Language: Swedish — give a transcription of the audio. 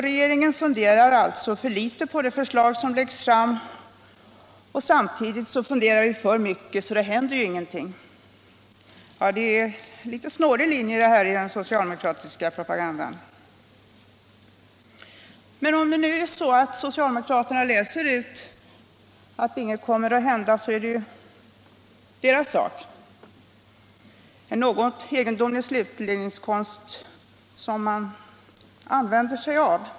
Regeringen funderar alltså för litet på de förslag som läggs fram och samtidigt funderar vi för mycket' så att ingenting händer. Ja, det är lite snåriga linjer i den socialdemokratiska propagandan. Om det nu är så, att socialdemokraterna utläser att ingenting kommer att hända, så är det deras sak. Det är en något egendomlig slutledningskonst som man använder sig av.